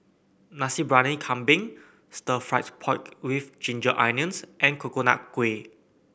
Nasi Briyani Kambing Stir Fried Pork with Ginger Onions and Coconut Kuih